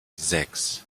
sechs